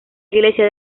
iglesia